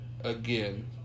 again